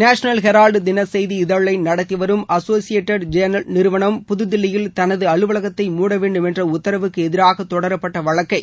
national Herald தின செய்தி இதழை நடத்திவரும் அசோசியேடட் ஜேனல் நிறுவனம் புதுதில்லியில் தனது அலுவலகத்தை மூட வேண்டும் என்ற உத்தரவுக்கு எதிராக தொடரப்பட்ட வழக்கை